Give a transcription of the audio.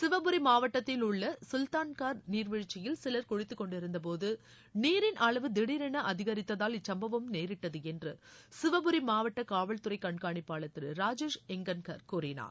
சிவபுரி மாவட்டத்திலுள்ள சுல்தான்கா் நீாவீழ்ச்சியில் சிலர் குளித்துக்கொண்டிருந்தபோது நீரின் அளவு திடீரென அதிகரித்ததால் இச்சம்பவம் நேரிட்டது என்று சிவபுரி மாவட்ட காவல்துறை கண்காணிப்பாளர் திரு ராஜேஷ் ஹிங்கன்கள் கூறினார்